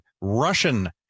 Russian